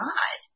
God